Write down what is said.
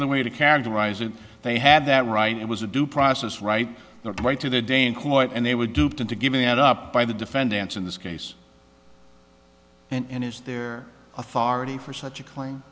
other way to characterize it they had that right it was a due process right there right to their day in court and they were duped into giving it up by the defendants in this case and it's their authority for such a claim